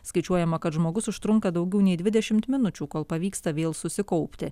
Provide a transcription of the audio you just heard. skaičiuojama kad žmogus užtrunka daugiau nei dvidešim minučių kol pavyksta vėl susikaupti